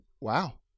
Wow